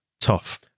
Tough